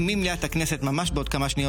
י"ד בטבת התשפ"ה (14 בינואר 2025)